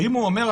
ואם הוא אומר,